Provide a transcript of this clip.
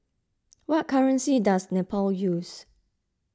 what currency does Nepal use